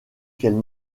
qu’elle